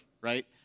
right